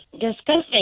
Disgusting